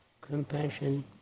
compassion